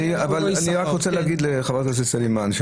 אני רק רוצה להגיד לחה"כ סלימאן,